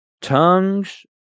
tongues